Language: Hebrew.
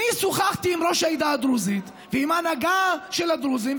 אני שוחחתי עם ראש העדה הדרוזית ועם ההנהגה של הדרוזים,